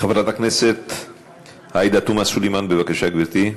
חברת הכנסת עאידה תומא סלימאן, בבקשה, גברתי.